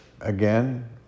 Again